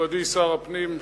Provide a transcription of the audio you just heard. מכובדי שר הפנים,